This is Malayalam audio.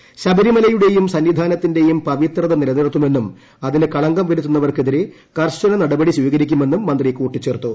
ശ്രീബരിമലയുടെയും സന്നിധാനത്തിന്റെയും പവിത്രര്യിനില്നിർത്തുമെന്നും അതിന് കളങ്കം വരുത്തുന്നവർക്കെതിരെ ക്ർശന നടപടി സ്വീകരിക്കുമെന്നും മുഖ്യമ്ത്ത് കൂട്ടിച്ചേർത്തു